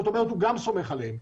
זאת אומרת הוא גם סומך עליהם.